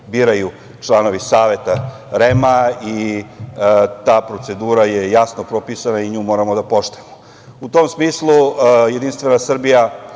biraju članovi saveta REM-a i ta procedura je jasno propisana i nju moramo da poštujemo.U tom smislu, JS i prosto tu ima